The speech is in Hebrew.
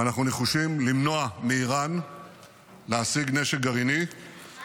ואנחנו נחושים למנוע מאיראן להשיג נשק גרעיני -- מה עם ועדת חקירה?